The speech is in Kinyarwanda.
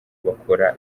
bakora